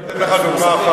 אני יכול לתת לך דוגמה אחת,